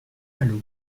malo